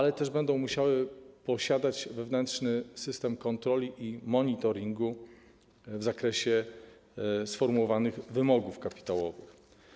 Będą też musiały posiadać wewnętrzny system kontroli i monitoringu w zakresie sformułowanych wymogów kapitałowych.